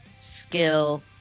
skill